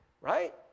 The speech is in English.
right